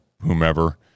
whomever